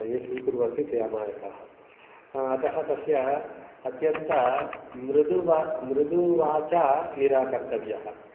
ये स्वीकुर्वन्ति ते अमायकाः अतः तस्य अत्यन्तं मृदु वा मृदुवाचा निराकर्तव्यः